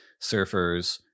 surfers